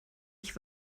ich